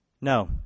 No